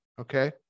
Okay